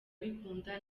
bikunda